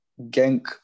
Genk